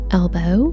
elbow